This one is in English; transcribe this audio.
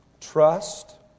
trust